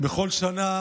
בכל שנה